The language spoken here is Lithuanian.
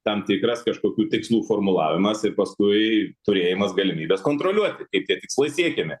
tam tikras kažkokių tikslų formulavimas ir paskui turėjimas galimybės kontroliuoti kaip tie tikslai siekiami